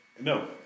No